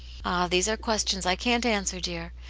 these are questions i can't answer, dear.